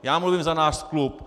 Já mluvím za náš klub.